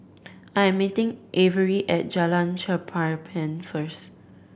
I am meeting Averi at Jalan Cherpen first